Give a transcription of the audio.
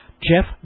Jeff